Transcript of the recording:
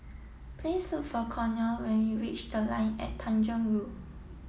please look for conner when you reach The Line and Tanjong Rhu